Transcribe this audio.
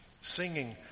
singing